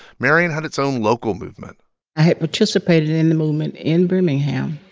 marion had its own local movement i had participated in the movement in birmingham.